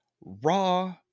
raw